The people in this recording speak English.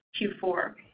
Q4